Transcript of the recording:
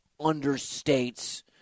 understates